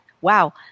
wow